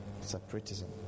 separatism